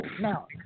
now